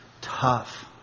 tough